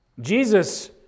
Jesus